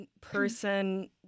person